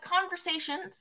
conversations